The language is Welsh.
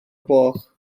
gloch